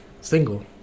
single